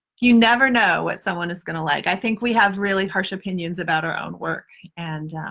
you never know what someone is going to like. i think we have really harsh opinions about our own work and